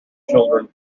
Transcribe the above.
children